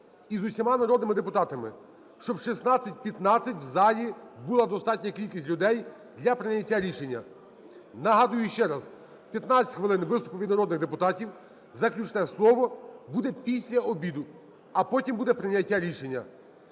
і з усіма народними депутатами, щоб в 16:15 в залі була достатня кількість людей для прийняття рішення. Нагадаю ще раз, 15 хвилин – виступи від народних депутатів, заключне слово буде після обіду, а потім буде прийняття рішення.